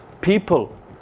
people